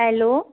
hello